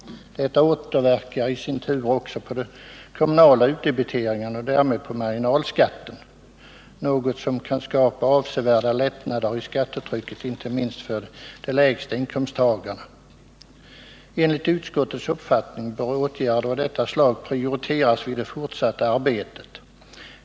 Detta återverkar i sin tur också på de kommunala utdebiteringarna och därmed på marginalskatten, något som kan skapa avsevärda lättnader i skattetrycket inte minst för de lägsta inkomsttagarna. Enligt utskottets uppfattning bör åtgärder av detta slag prioriteras vid det fortsatta arbetet.